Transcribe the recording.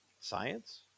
science